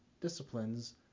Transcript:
disciplines